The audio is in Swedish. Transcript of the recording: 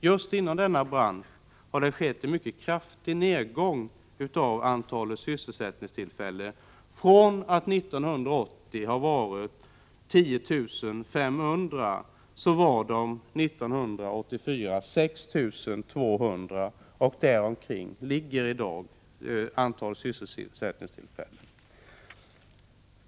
Just inom denna bransch har det skett en mycket kraftig nedgång av antalet sysselsättningstillfällen, från 10 500 år 1980 till 6 200 år 1984, och däromkring ligger antalet även i dag.